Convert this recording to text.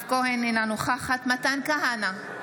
אינה נוכחת מתן כהנא,